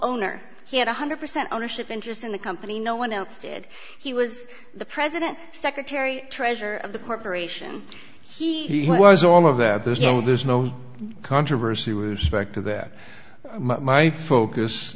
owner he had one hundred percent ownership interest in the company no one else did he was the president secretary treasurer of the corporation he was all of that there's no there's no controversy was specter that my focus